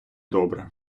добре